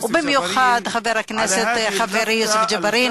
ובמיוחד את חבר הכנסת חברי יוסף ג'בארין,